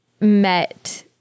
met